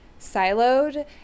siloed